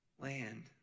land